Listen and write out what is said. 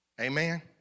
Amen